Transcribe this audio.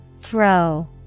Throw